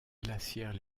glaciaires